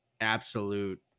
absolute